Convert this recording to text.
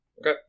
Okay